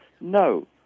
No